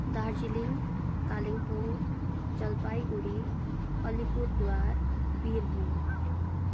Darjeeling Kalimpong Jalpaiguri Alipurduar Birbhum